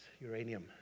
Uranium